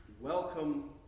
welcome